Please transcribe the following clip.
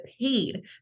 paid